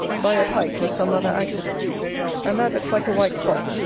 by a pike or some other accident and that looks like a white spot.